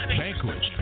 banquets